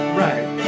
right